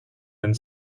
and